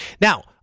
Now